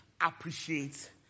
appreciate